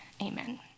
Amen